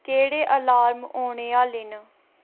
केह्ड़े अलार्म औने आह्ले न